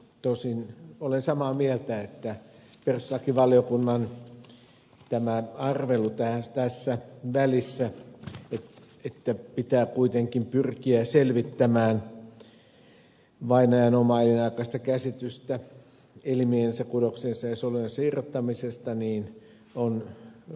tosin olen samaa mieltä että tämä perustuslakivaliokunnan arvelu tässä välissä että pitää kuitenkin pyrkiä selvittämään vainajan omaa elinaikaista käsitystä elimiensä kudoksiensa ja solujensa irrottamisesta on hiukan vaikeata